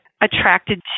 attracted